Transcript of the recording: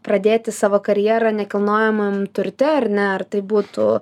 pradėti savo karjerą nekilnojamam turte ar ne ar tai būtų